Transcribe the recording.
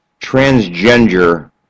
transgender